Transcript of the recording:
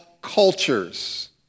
cultures